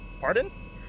pardon